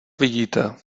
vidíte